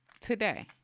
today